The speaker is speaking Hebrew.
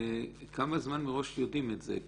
וכמה זמן מראש יודעים את זה?